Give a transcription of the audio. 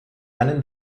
einen